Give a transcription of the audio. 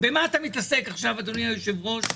במה אתה מתעסק עכשיו, אדוני היושב-ראש?